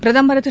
பிரதமர் திரு